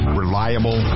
reliable